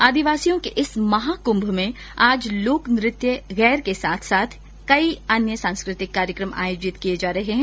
आदिवासियों के इस महाकृभ में आज लोकनत्य गैर के साथ साथ कई अन्य सांस्कृतिक कार्यक्रम आयोजित किये जा रहे हैं